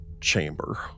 chamber